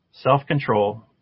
self-control